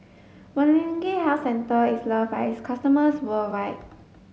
Molnylcke health care is loved by its customers worldwide